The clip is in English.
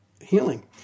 Healing